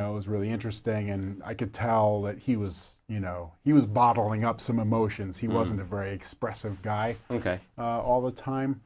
know it was really interesting and i could tell that he was you know he was bottling up some emotions he wasn't a very expressive guy ok all the time